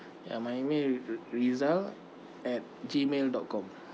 ya my email ri~ rizal at gmail dot com